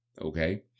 okay